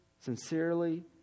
sincerely